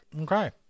Okay